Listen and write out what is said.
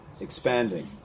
expanding